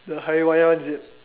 the Hari-Raya one is it